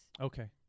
Okay